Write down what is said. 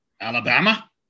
Alabama